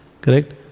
correct